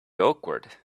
awkward